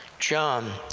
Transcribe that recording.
john